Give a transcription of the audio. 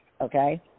okay